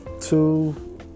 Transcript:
two